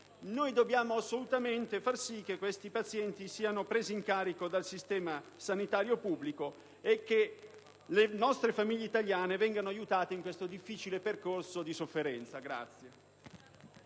Noi dobbiamo assolutamente far sì che questi pazienti siano presi in carico dal sistema sanitario pubblico e che le nostre famiglie italiane siano aiutate in questo difficile percorso di sofferenza.